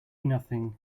nothing